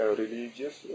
religious